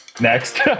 Next